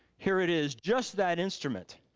here it is, just that instrument,